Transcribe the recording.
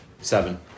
Seven